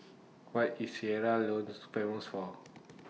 What IS Sierra Leone Famous For